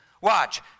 Watch